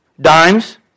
Dimes